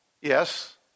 yes